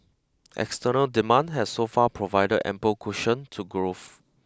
external demand has so far provided ample cushion to growth